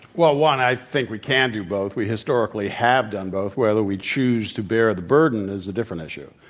well, one, i think we can do both. we historically have done both. whether we choose to bear the burden is a different issue.